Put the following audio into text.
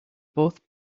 both